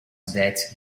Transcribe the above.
that